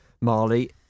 Marley